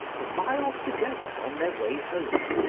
for miles together, on their way home,